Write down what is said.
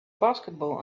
basketball